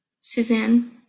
Suzanne